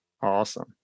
awesome